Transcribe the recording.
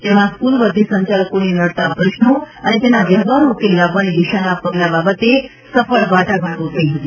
જેમાં સ્કૂલ વર્ધી સંચાલકોને નડતાં પ્રશ્નો અને તેના વ્યવહારૂ ઉકેલ લાવવાની દિશાના પગલા બાબતે સફળ વાટાઘાટો થઇ હતી